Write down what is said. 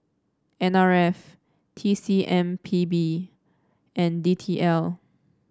N R F T C M P B and D T L